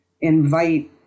invite